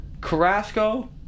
Carrasco